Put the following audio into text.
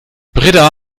britta